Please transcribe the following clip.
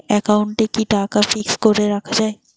একাউন্টে কি টাকা ফিক্সড করে রাখা যায়?